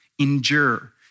Endure